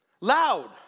Loud